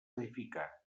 edificar